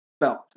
felt